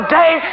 day